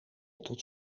tot